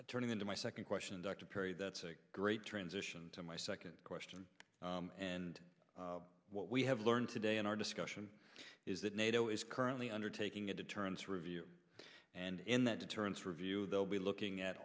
point turning into my second question dr perry that's a great transition to my second question and what we have learned today in our discussion is that nato is currently undertaking a deterrence review and in that deterrence review they'll be looking at